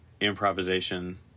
improvisation